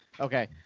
okay